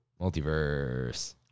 Multiverse